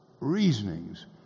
reasonings